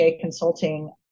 consulting